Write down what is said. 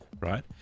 right